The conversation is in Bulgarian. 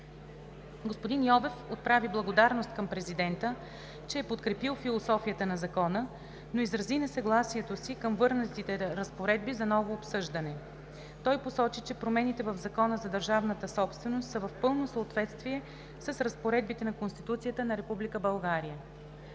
Господин Йовев отправи благодарност към Президента, че е подкрепил философията на Закона, но изрази несъгласието си с върнатите разпоредби за ново обсъждане. Той посочи, че промените в Закона за държавната собственост са в пълно съответствие с разпоредбите на Конституцията на